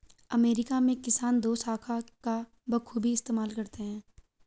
America में किसान दोशाखा का बखूबी इस्तेमाल करते हैं